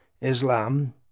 Islam